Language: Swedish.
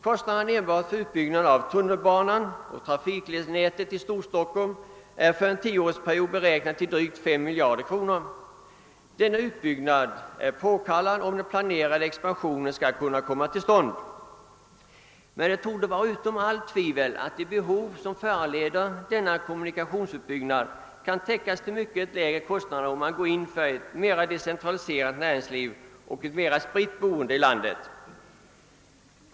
Kostnaderna enbart för tunnelbanan och trafikledsnätet i Storstockholm har för en tioårsperiod beräknats till drygt 35 miljarder kronor. Denna kommunikationsutbyggnad är påkallad om den planerade expansionen skall kunna komma till stånd, men det torde stå utom allt tvivel att de behov som föranleder utbyggnaden kan täckas till mycket lägre kostnader om man går in för ett mera decentraliserat näringsliv och ett mera spritt boende i landet.